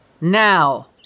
Now